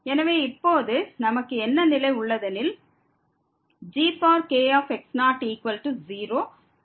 எனவே இப்போது நமக்கு என்ன நிலை உள்ளதெனில் gx00k01ngn1x0n1